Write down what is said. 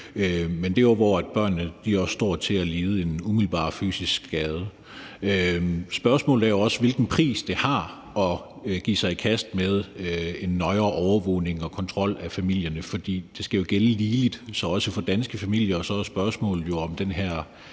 situationer, hvor børnene står til at lide en umiddelbar fysisk skade. Spørgsmålet er også, hvilken pris det har at give sig i kast med en nøjere overvågning og kontrol af familierne, for det skal jo gælde ligeligt og dermed også for danske familier, og så er spørgsmålet, om den her